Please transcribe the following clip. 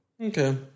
Okay